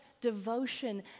devotion